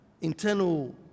internal